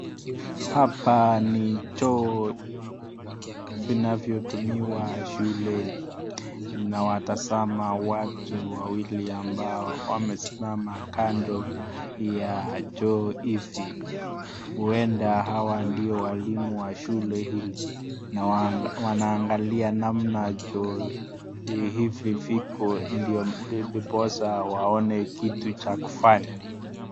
Hapa ni choo vinavyotumiwa shuleni, nawatazama watu wawili ambao wamesimama kando ya choo hizi huenda hawa ndio walimu wa shule hili na wanaangalia namna choo hivi viko ndiposa waone kitu cha kufanya.